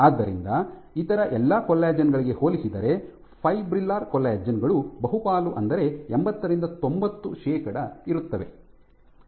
ಆದ್ದರಿಂದ ಇತರ ಎಲ್ಲ ಕೊಲ್ಲಾಜೆನ್ ಗಳಿಗೆ ಹೋಲಿಸಿದರೆ ಫೈಬ್ರಿಲ್ಲರ್ ಕೊಲ್ಲಾಜೆನ್ ಗಳು ಬಹುಪಾಲು ಅಂದರೆ ಎಂಭತ್ತರಿಂದ ತೊಂಬತ್ತು ಶೇಕಡಾ ಇರುತ್ತವೆ